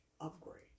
upgrade